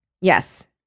Yes